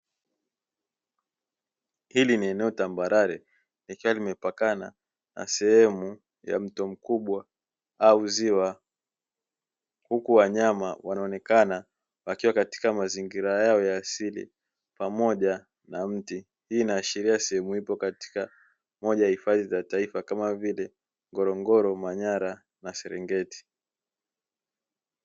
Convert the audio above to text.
Hili ni eno tambarare, likiwa limepakana na sehemu ya mto mkubwa au ziwa, huku wanyama wanaonekana wakiwa katika mazingira yao ya asili pamoja na mti, hii inaashiria sehemu ipo katika moja ya hifadhi za taifa, kama vile ngorongoro, manyara na serengeti.